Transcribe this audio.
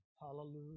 Hallelujah